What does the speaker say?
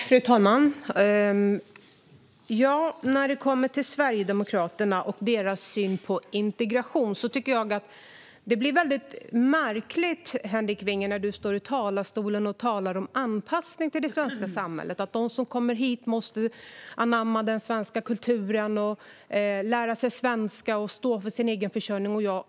Fru talman! När det kommer till Sverigedemokraterna och deras syn på integration tycker jag att det blir väldigt märkligt när Henrik Vinge står i talarstolen och talar om anpassning till det svenska samhället. De som kommer hit måste anamma den svenska kulturen, lära sig svenska och stå för sin egen försörjning, säger han.